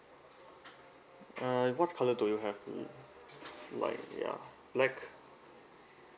uh what colour do you have mm like ya black